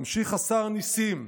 ממשיך השר נסים: